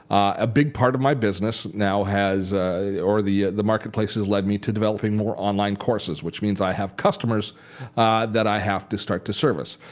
a big part of my business now has or the the marketplace has lead me to developing more online courses, which means i have customers that i have to start to service.